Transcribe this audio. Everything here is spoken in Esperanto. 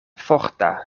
forta